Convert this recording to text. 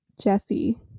Jesse